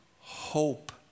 hope